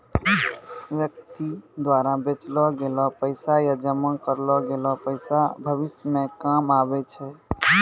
व्यक्ति द्वारा बचैलो गेलो पैसा या जमा करलो गेलो पैसा भविष्य मे काम आबै छै